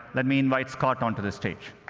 let me invite scott onto the stage.